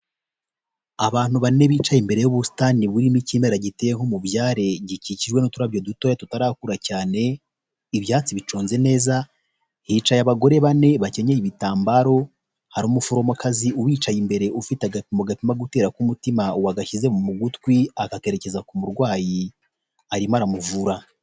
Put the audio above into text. Abantu bane bicaye imbere y'ubusitani burimo ikimera giteyeho umubyare gikikijwe n'uturabyo dutoya tutarakura cyane, ibyatsi biconze neza, hicaye abagore bane bakenyeye ibitambaro, hari umuforomokazi ubicaye imbere ufite agapimo gapima gutera k'umutima wa gashyize mu gutwi akakerekeza ku murwayi arimo aramuvura.